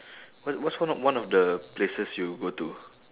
what's what's one of one of the places you go to